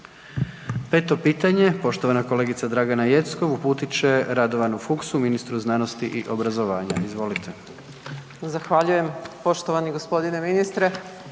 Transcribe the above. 5. pitanje, poštovana kolegica Dragana Jeckov uputit će Radovanu Fuchsu, ministru znanosti i obrazovanja. Izvolite. **Jeckov, Dragana (SDSS)**